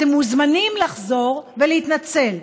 אתם מוזמנים לחזור ולהתנצל.